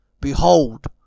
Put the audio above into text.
behold